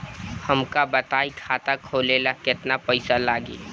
हमका बताई खाता खोले ला केतना पईसा लागी?